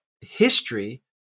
history